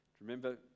remember